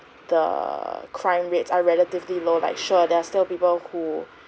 the crime rates are relatively low like sure there are still people who